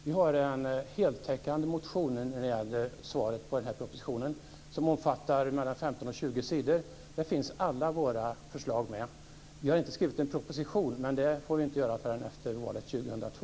Vi har en heltäckande motion när det gäller svaret på den här propositionen som omfattar 15-20 sidor. Där finns alla våra förslag med. Vi har inte skrivit någon proposition. Det får vi inte göra förrän efter valet 2002.